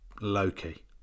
Loki